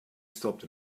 stopped